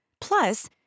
Plus